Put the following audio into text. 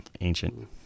Ancient